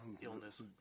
illness